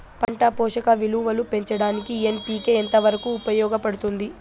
పంట పోషక విలువలు పెంచడానికి ఎన్.పి.కె ఎంత వరకు ఉపయోగపడుతుంది